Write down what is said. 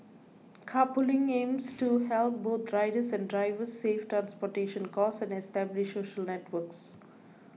carpooling aims to help both riders and drivers save transportation costs and establish social networks